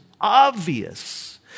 obvious